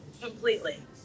completely